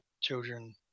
children